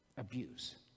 abuse